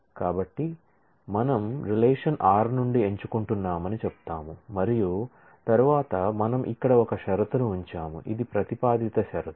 కాబట్టి మనం relation r నుండి ఎంచుకుంటున్నామని చెప్తాము మరియు తరువాత మనం ఇక్కడ ఒక షరతును ఉంచాము ఇది ప్రతిపాదిత షరతు